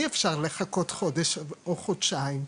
אי אפשר לחכות חודש או חודשיים.